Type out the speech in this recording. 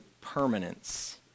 permanence